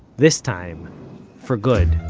this time for good